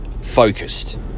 focused